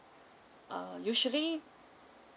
uh usually